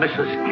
Mrs